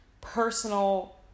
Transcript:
personal